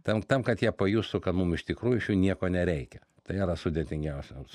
tam tam kad jie pajustų kad mum iš tikrųjų iš jų nieko nereikia tai yra sudėtingiausias